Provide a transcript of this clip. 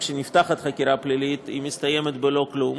כשנפתחת חקירה פלילית היא מסתיימת בלא כלום,